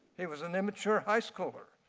he was an immature highschooler.